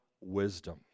wisdom